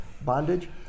Bondage